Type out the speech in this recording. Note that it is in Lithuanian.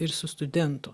ir su studentu